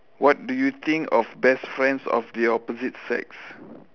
what do you think of best friends of the opposite sex